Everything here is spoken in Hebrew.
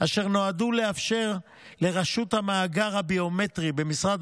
אשר נועדו לאפשר לרשות המאגר הביומטרי במשרד